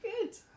good